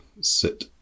sit